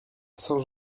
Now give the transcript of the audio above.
saint